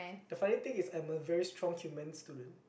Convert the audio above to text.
the funny thing is I'm a very strong humans student